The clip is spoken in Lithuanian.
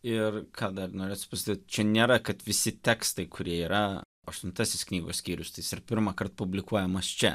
ir ką dar norėsiu prista čia nėra kad visi tekstai kurie yra aštuntasis knygos skyrius tai is ir pirmąkart publikuojamas čia